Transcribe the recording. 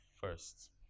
first